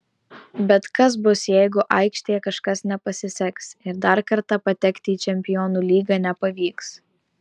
bet kas bus jeigu aikštėje kažkas nepasiseks ir dar kartą patekti į čempionų lygą nepavyks